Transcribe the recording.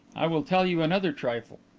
i will tell you another trifle.